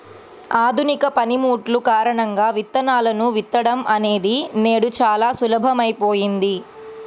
ఆధునిక పనిముట్లు కారణంగా విత్తనాలను విత్తడం అనేది నేడు చాలా సులభమైపోయింది